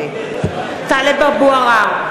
(קוראת בשמות חברי הכנסת) טלב אבו עראר,